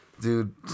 Dude